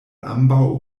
ambaŭ